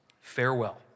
Farewell